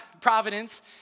providence